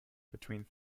between